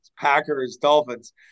Packers-Dolphins